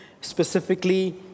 specifically